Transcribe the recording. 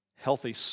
Healthy